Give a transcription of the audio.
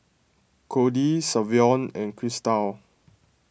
Codie Savion and Christel